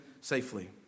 safely